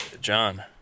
John